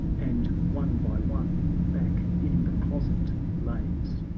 and one by one back in the closet lays.